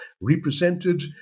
represented